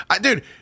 dude